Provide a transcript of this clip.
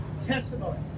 testimony